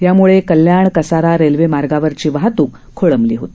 यामुळे कल्याण कसारा रेल्वेमार्गावरची वाहतूक खोळंबली होती